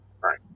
Right